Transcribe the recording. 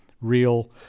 real